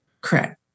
Correct